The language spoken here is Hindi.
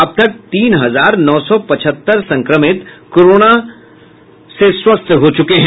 अब तक तीन हजार नौ सौ पचहत्तर संक्रमित कोरोना स्वस्थ हो चूके हैं